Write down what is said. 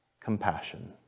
compassion